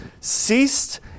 ceased